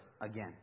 again